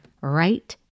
right